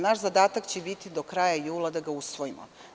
Naš zadatak će biti da do kraja jula to usvojimo.